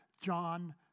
John